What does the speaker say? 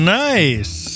nice